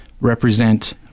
represent